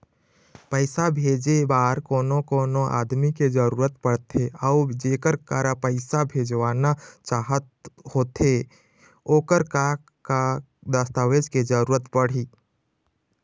पैसा भेजे बार कोन कोन आदमी के जरूरत पड़ते अऊ जेकर करा पैसा भेजवाना चाहत होथे ओकर का का दस्तावेज के जरूरत पड़ही?